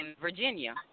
Virginia